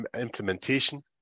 implementation